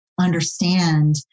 understand